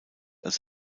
als